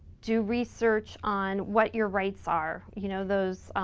do research on what your rights are. you know those